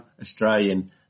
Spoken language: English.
Australian